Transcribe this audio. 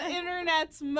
internet's